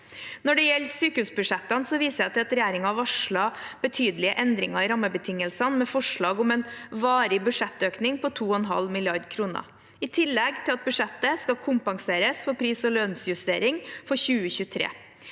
Når det gjelder sykehusbudsjettene, viser jeg til at regjeringen har varslet betydelige endringer i rammebetingelsene med forslag om en varig budsjettøkning på 2,5 mrd. kr, i tillegg til at budsjettet skal kompenseres for pris- og lønnsjustering for 2023.